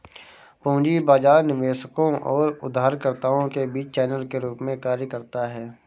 पूंजी बाजार निवेशकों और उधारकर्ताओं के बीच चैनल के रूप में कार्य करता है